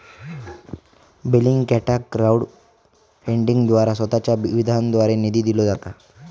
बेलिंगकॅटाक क्राउड फंडिंगद्वारा स्वतःच्या विधानाद्वारे निधी दिलो जाता